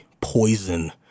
poison